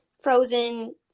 frozen